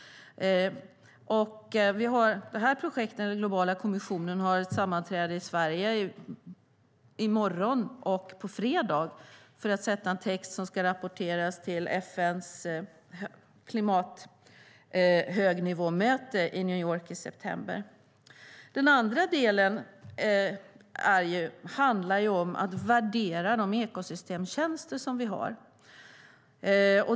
Den globala kommissionen sammanträder i Sverige i morgon och på fredag för att sätta ihop en text som ska rapporteras till FN:s högnivåmöte om klimat i New York i september. Den andra delen handlar om att värdera de ekosystemtjänster som finns.